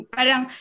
parang